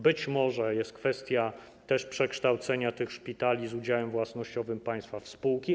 Być może jest też kwestia przekształcenia tych szpitali z udziałem własnościowym państwa w spółki.